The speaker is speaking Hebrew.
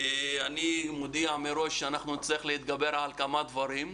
אני מודיע מראש שאנחנו נצטרך להתגבר על כמה דברים: